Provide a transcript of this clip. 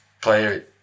player